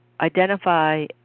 identify